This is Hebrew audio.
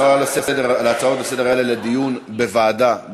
אנחנו נצביע עכשיו על העברת ההצעות האלה לסדר-היום לדיון בוועדת הכנסת,